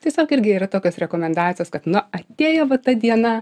tiesiog irgi yra tokios rekomendacijos kad nu atėjo va ta diena